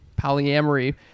polyamory